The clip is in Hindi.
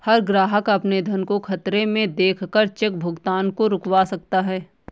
हर ग्राहक अपने धन को खतरे में देख कर चेक भुगतान को रुकवा सकता है